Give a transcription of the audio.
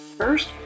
First